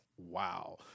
Wow